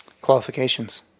qualifications